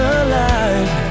alive